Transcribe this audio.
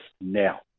now